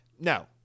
no